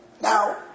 Now